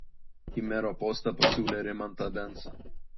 į mero postą pasiūlė rimantą vensą